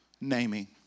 naming